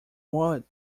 wallet